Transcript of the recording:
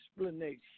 explanation